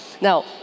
Now